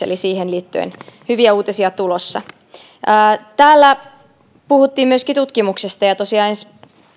eli näihin liittyen hyviä uutisia tulossa täällä puhuttiin myöskin tutkimuksesta tosiaan ensi